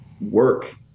work